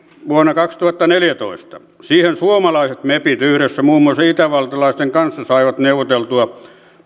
vuonna kaksituhattaneljätoista siihen suomalaiset mepit yhdessä muun muassa itävaltalaisten kanssa saivat neuvoteltua